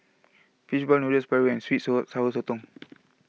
Fish Ball Noodles Paru and Sweet and Sour Sotong